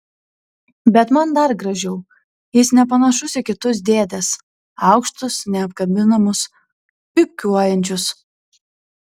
bet man dar gražiau jis nepanašus į kitus dėdes aukštus neapkabinamus pypkiuojančius